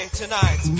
tonight